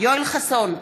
יואל חסון,